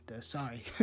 sorry